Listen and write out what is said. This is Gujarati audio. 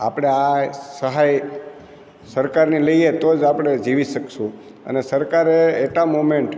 આપણે આ સહાય સરકારની લઈએ તોજ આપણે જીવી શકીશું અને સરકારે એટ અ મોમેન્ટ